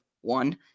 one